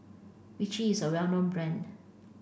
Vichy is a well known brand